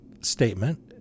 statement